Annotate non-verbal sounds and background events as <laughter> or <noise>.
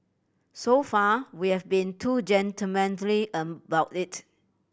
so far we've been <unintelligible> about it